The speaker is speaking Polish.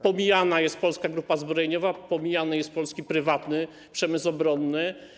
Pomijana jest Polska Grupa Zbrojeniowa, pomijany jest polski prywatny przemysł obronny.